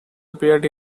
appeared